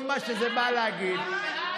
כל מה שזה בא להגיד, אנחנו בעד,